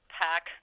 pack